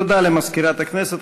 תודה למזכירת הכנסת.